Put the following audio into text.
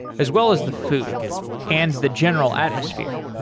as well as the food and the general atmosphere.